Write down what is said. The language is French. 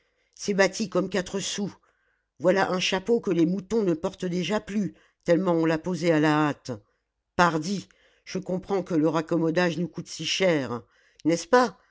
c'est bâti comme quatre sous voilà un chapeau que les moutons ne portent déjà plus tellement on l'a posé à la hâte pardi je comprends que le raccommodage nous coûte si cher n'est-ce pas